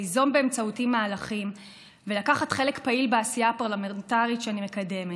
ליזום באמצעותי מהלכים ולקחת חלק פעיל בעשייה הפרלמנטרית שאני מקדמת.